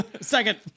Second